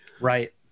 Right